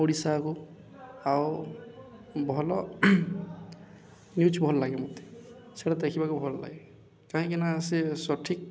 ଓଡ଼ିଶାକୁ ଆଉ ଭଲ ନ୍ୟୁଜ୍ ଭଲ ଲାଗେ ମୋତେ ସେଟା ଦେଖିବାକୁ ଭଲ ଲାଗେ କାହିଁକିନା ସେ ସଠିକ୍